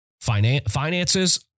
Finances